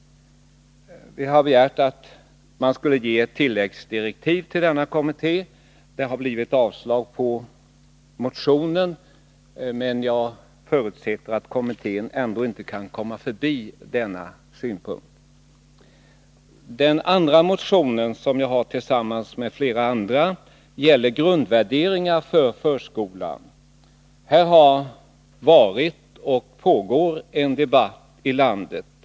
Jag har begärt att riksdagen skall ge tilläggsdirektiv till denna kommitté. Motionen har blivit avstyrkt, men jag förutsätter att kommittén ändå inte kan komma förbi denna synpunkt. Den andra motionen, som jag har avgett tillsammans med flera andra, gäller grundvärderingar för förskolan. Det har förts och pågår en debatt i landet.